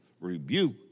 rebuke